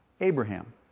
Abraham